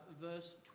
verse